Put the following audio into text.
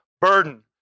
burden